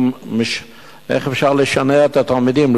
איך אפשר לשנע את התלמידים?